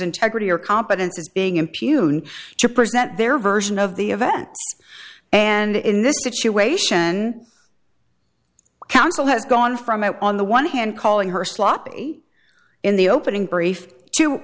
integrity or competence is being impugn to present their version of the event and in this situation counsel has gone from out on the one hand calling her sloppy in the opening brief to